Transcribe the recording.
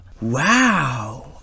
Wow